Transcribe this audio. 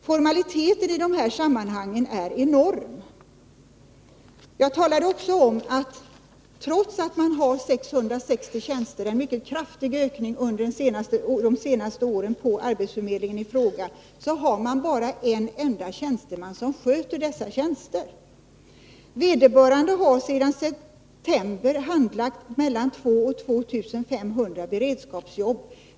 Formaliteterna i dessa sammanhang är enorma. Jag talade också om att man trots att man har 660 tjänster — en mycket kraftig ökning under de senaste åren på arbetsförmedlingen i fråga — bara har en enda tjänsteman som sköter dessa tjänster. Vederbörande har sedan september handlagt mellan 2 000 och 2 500 beredskapsjobb.